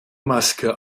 maske